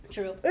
True